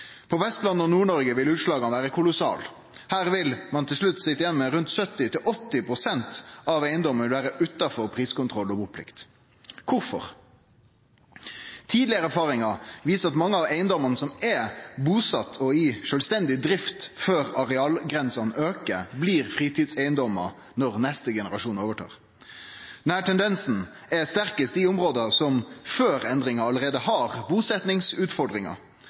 Vestlandet og i Nord-Noreg vil utslaga vere kolossale, her vil ein til slutt sitje igjen med at rundt 70–80 pst. av eigedomane er utanfor priskontroll og buplikt. Kvifor? Tidlegare erfaringar viser at mange av eigedomane med busetnad og i sjølvstendig drift før arealgrensene blir heva, blir fritidseigedomar når neste generasjon overtar. Denne tendensen er sterkast i område som før endringa allereie har